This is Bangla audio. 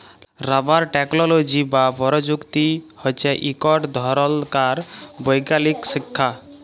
রাবার টেকলোলজি বা পরযুক্তি হছে ইকট ধরলকার বৈগ্যালিক শিখ্খা